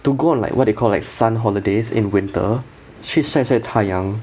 to go on like what they call like sun holidays in winter 去晒晒太阳